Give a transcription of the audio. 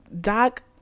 Doc